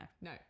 No